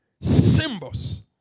Symbols